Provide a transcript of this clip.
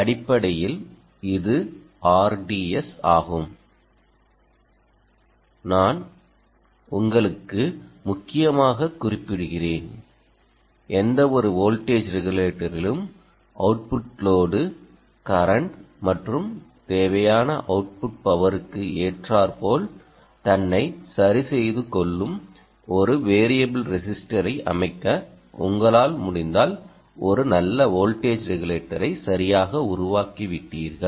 அடிப்படையில் இது RDS ஆகும் நான் உங்களுக்கு முக்கியமாகக் குறிப்பிடுகிறேன் எந்தவொரு வோல்டேஜ் ரெகுலேட்டரிலும் அவுட்புட் லோடு கரண்ட் மற்றும் தேவையான அவுட்புட் பவருக்கு ஏற்றாற்போல் தன்னை சரிசெய்து கொள்ளும் ஒரு வேரியபில் ரெஸிஸ்டரை அமைக்க உங்களால் முடிந்தால் ஓரு நல்ல வோல்டேஜ் ரெகுலேட்டரை சரியாக உருவாக்கிவிட்டீர்கள்